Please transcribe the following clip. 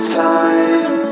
time